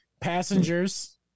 Passengers